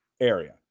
area